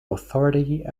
authority